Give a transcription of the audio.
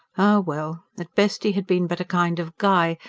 ah well! at best he had been but a kind of guy,